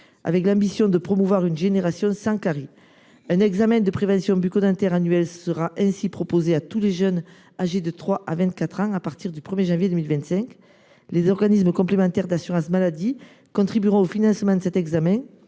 l’ambition de promouvoir une « génération sans carie ». Un examen de prévention bucco dentaire annuel sera ainsi proposé à tous les jeunes âgés de 3 ans à 24 ans, à partir du 1 janvier 2025. Les organismes complémentaires d’assurance maladie contribueront au financement de cet examen.